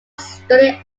studied